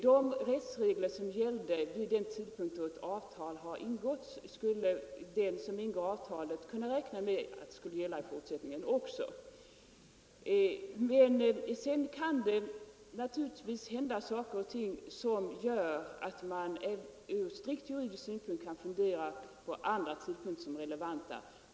De rättsregler som gällde då ett avtal ingicks skulle = ning den som ingick avtalet kunna räkna med skulle gälla i fortsättningen också. Men sedan kan det naturligtvis hända något som gör att man ur strikt juridisk synpunkt kan fundera på andra synpunkter såsom relevanta.